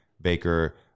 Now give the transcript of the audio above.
Baker